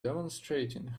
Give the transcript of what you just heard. demonstrating